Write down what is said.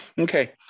Okay